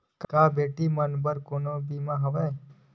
का बेटी मन बर कोनो बीमा हवय?